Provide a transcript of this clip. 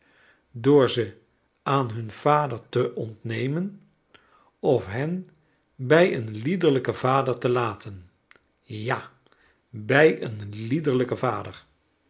door ze aan hun vader te ontnemen of hen bij een liederlijken vader te laten ja bij een liederlijken vader